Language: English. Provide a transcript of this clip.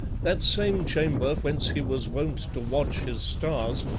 that same chamber whence he was wont to watch his stars,